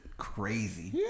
Crazy